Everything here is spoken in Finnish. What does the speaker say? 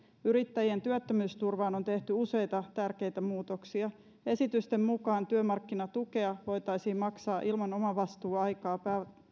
yrittäjien työttömyysturvaan on tehty useita tärkeitä muutoksia esitysten mukaan työmarkkinatukea voitaisiin maksaa ilman omavastuuaikaa